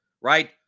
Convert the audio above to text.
right